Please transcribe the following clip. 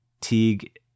Teague